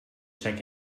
check